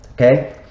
okay